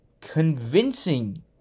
convincing